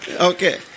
Okay